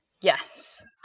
yes